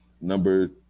Number